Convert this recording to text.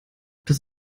das